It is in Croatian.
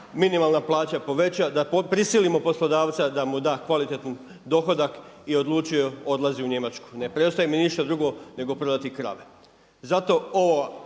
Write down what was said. minimalna plaća poveća, da prisilimo poslodavca da mu da kvalitetan dohodak i odlučio je odlazi u Njemačku. Ne preostaje mi ništa drugo nego prodati krave.